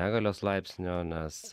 negalios laipsnio nes